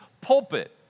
pulpit